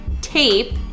tape